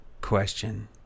question